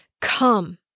Come